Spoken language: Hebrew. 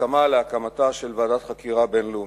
והסכמה להקמתה של ועדת חקירה בין-לאומית.